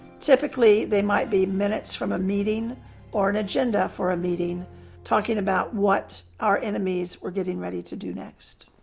typically, they might be minutes from a meeting or an agenda for a meeting talking about what our enemies were getting ready to do next.